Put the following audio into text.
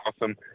awesome